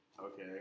okay